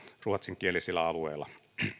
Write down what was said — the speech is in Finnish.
ruotsinkielisillä alueilla